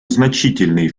значительные